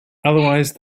otherwise